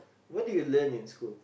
what did you learn in school